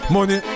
Money